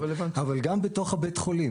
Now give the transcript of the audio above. אבל גם בתוך בית החולים